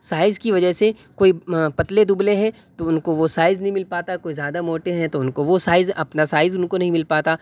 size کی وجہ سے کوئی پتلے دبلے ہیں تو ان کو وہ سائز نہیں مل پاتا کوئی زیادہ موٹے ہیں تو ان کو وہ سائز اپنا سائز ان کو نہیں مل پاتا